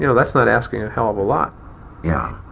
you know that's not asking a hell of a lot yeah